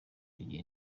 bernard